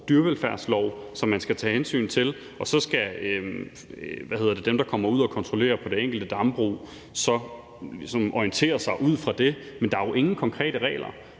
dyrevelfærdslov, som man skal tage hensyn til, og så skal dem, der kommer ud og kontrollerer på det enkelte dambrug, orientere sig ud fra det, men der er jo ingen konkrete regler.